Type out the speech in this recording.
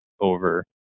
over